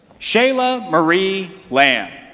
shayla marie lamb.